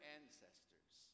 ancestors